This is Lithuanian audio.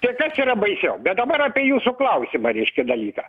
tai kas yra baisiau bet dabar apie jūsų klausimą reiškia dalyką